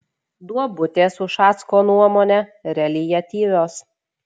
duobutės ušacko nuomone reliatyvios